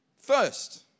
first